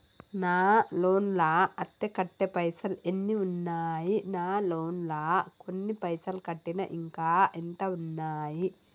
నా లోన్ లా అత్తే కట్టే పైసల్ ఎన్ని ఉన్నాయి నా లోన్ లా కొన్ని పైసల్ కట్టిన ఇంకా ఎంత ఉన్నాయి?